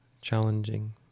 challenging